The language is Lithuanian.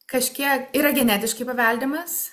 kažkiek yra genetiškai paveldimas